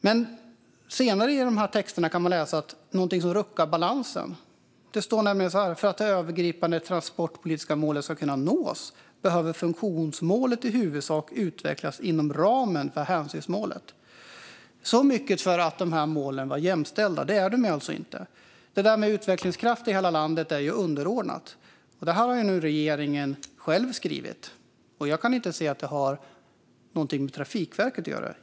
Men senare i texterna kan vi läsa något som ruckar balansen. Det står nämligen att för att det övergripande transportpolitiska målet ska kunna nås behöver funktionsmålet i huvudsak utvecklas inom ramen för hänsynsmålet. Så mycket för att målen ska vara jämställda - det är de alltså inte. Det där med utvecklingskraft i hela landet är underordnat. Detta har regeringen själv skrivit, och jag kan inte se att det har något med Trafikverket att göra.